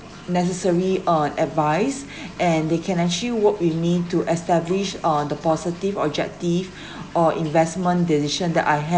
necessary uh advice and they can actually work with me to establish on the positive objective or investment decision that I have